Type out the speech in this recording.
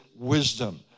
wisdom